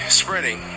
spreading